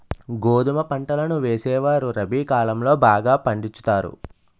గోధుమ పంటలను వేసేవారు రబి కాలం లో బాగా పండించుతారు